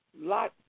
Lot